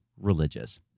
religious